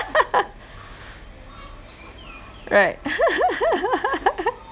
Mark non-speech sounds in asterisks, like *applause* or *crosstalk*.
*laughs* right *laughs*